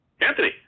Anthony